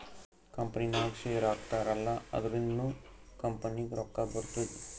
ಕಂಪನಿನಾಗ್ ಶೇರ್ ಹಾಕ್ತಾರ್ ಅಲ್ಲಾ ಅದುರಿಂದ್ನು ಕಂಪನಿಗ್ ರೊಕ್ಕಾ ಬರ್ತುದ್